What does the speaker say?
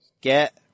Get